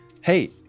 hey